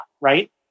right